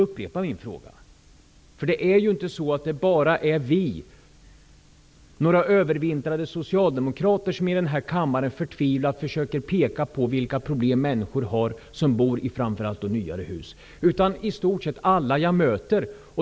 Vi är inte bara några övervintrade socialdemokrater som här i kammaren i förtvivlan försöker peka på vilka problem de människor har som framför allt bor i nyare hus, utan det gör i stort sett alla jag möter.